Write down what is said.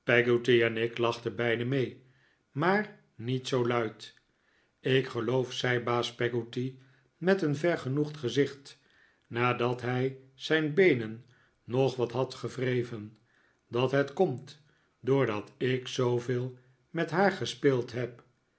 lachten beiden mee maar niet zoo luid ik geloof zei baas peggotty met een vergenoegd gezicht nadat hij zijn beenen nog wat had gewreven dat het komt doordat ik zooveel met haar gespeeld heb